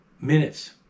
minutes